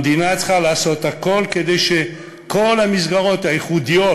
המדינה צריכה לעשות הכול כדי שכל המסגרות הייחודיות,